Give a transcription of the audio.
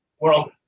world